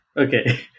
Okay